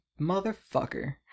motherfucker